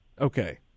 Okay